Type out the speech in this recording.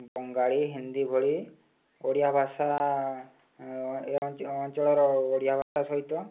ବଙ୍ଗାଳି ହିନ୍ଦୀ ଭଳି ଓଡ଼ିଆଭାଷା ଏ ଅଞ୍ଚଳର ଓଡ଼ିଆଭାଷା ସହିତ